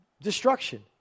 destruction